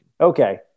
Okay